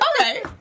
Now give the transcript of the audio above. Okay